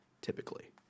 typically